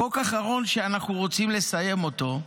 החוק האחרון שאנחנו רוצים לסיים אותו,